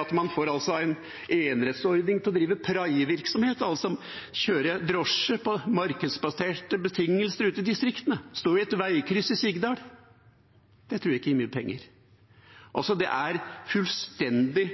at man får en enerettsordning til å drive praievirksomhet, altså kjøre drosje på markedsbaserte betingelser ute i distriktene, stå i et veikryss i Sigdal? Det tror jeg ikke gir mye penger. Det er altså en fullstendig